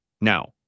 Now